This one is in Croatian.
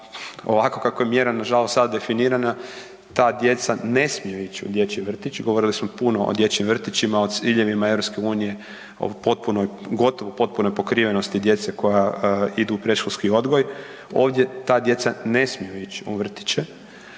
ovako kako je mjera nažalost sad definirana, ta djeca ne smiju ići u dječji vrtić. Govorili smo puno o dječjim vrtićima, o ciljevima EU, o gotovo potpunoj pokrivenosti djece koja ide u predškolski odgoj, ovdje ta djeca ne smiju ići u vrtiće